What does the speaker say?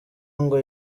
ngo